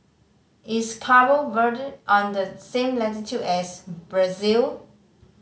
is Cabo Verde on the same latitude as Brazil